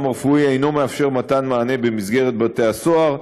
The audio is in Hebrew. הרפואי אינו מאפשר מתן מענה במסגרת בתי-הסוהר.